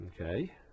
Okay